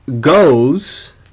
goes